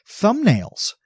Thumbnails